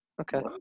Okay